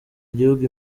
igihugu